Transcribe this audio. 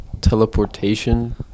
teleportation